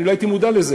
אני לא הייתי מודע לזה.